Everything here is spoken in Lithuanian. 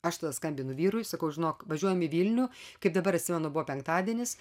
aš tada skambinu vyrui sakau žinok važiuojam į vilnių kaip dabar atsimenu buvo penktadienis